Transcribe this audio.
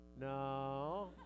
No